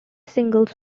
singles